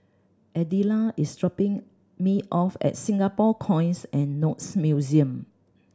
Adella is dropping me off at Singapore Coins and Notes Museum